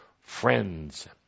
friends